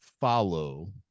follow